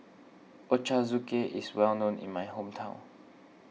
Ochazuke is well known in my hometown